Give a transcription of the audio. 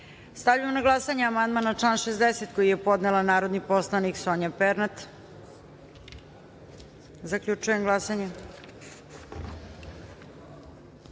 na glasanje amandman na član 60. koji je podnela narodni poslanik Sonja Pernat. Zaključujem glasanje: